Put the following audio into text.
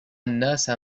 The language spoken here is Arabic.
الناس